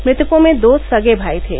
मृतकों में दो सगे भाई थे